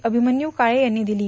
अभिमन्यू काळे यांनी दिली आहे